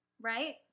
Right